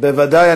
בוודאי.